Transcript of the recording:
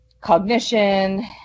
cognition